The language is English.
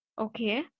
Okay